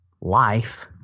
life